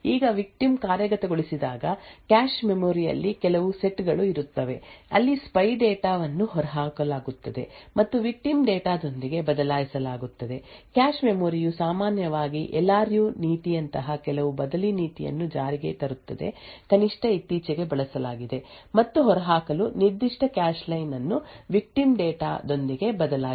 ಈಗ ವಿಕ್ಟಿಮ್ ಕಾರ್ಯಗತಗೊಳಿಸಿದಾಗ cache memory ಯಲ್ಲಿ ಕೆಲವು ಸೆಟ್ ಗಳು ಇರುತ್ತವೆ ಅಲ್ಲಿ ಸ್ಪೈ ಡೇಟಾ ವನ್ನು ಹೊರಹಾಕಲಾಗುತ್ತದೆ ಮತ್ತು ವಿಕ್ಟಿಮ್ ಡೇಟಾ ದೊಂದಿಗೆ ಬದಲಾಯಿಸಲಾಗುತ್ತದೆ ಕ್ಯಾಶ್ ಮೆಮೊರಿ ಯು ಸಾಮಾನ್ಯವಾಗಿ ಎಲ್ ಆರ್ ಯು ನೀತಿಯಂತಹ ಕೆಲವು ಬದಲಿ ನೀತಿಯನ್ನು ಜಾರಿಗೆ ತರುತ್ತದೆ ಕನಿಷ್ಠ ಇತ್ತೀಚೆಗೆ ಬಳಸಲಾಗಿದೆ ಮತ್ತು ಹೊರಹಾಕಲು ನಿರ್ದಿಷ್ಟ ಕ್ಯಾಶ್ ಲೈನ್ ಅನ್ನು ವಿಕ್ಟಿಮ್ ಡೇಟಾ ದೊಂದಿಗೆ ಬದಲಾಯಿಸಲಾಗುತ್ತದೆ